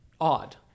odd